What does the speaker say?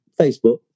Facebook